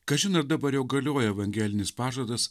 kažin ar dabar jau galioja evangelinis pažadas